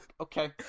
okay